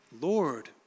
Lord